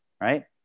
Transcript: right